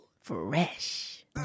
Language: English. fresh